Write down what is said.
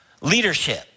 leadership